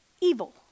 evil